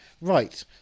right